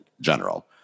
general